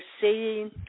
seeing